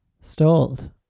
stalled